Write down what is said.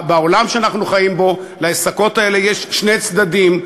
בעולם שאנחנו חיים לעסקות האלה יש שני צדדים,